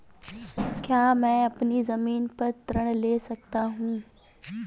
क्या मैं अपनी ज़मीन पर ऋण ले सकता हूँ?